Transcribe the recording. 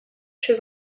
chez